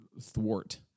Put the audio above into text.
thwart